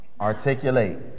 Articulate